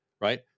right